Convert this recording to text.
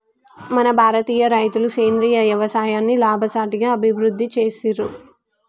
మన భారతీయ రైతులు సేంద్రీయ యవసాయాన్ని లాభసాటిగా అభివృద్ధి చేసిర్రు